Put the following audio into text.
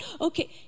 okay